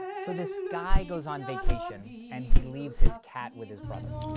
so this guy goes on vacation and he leaves his cat with his brother.